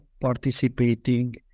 participating